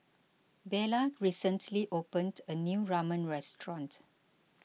Buelah recently opened a new Ramen restaurant